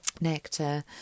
nectar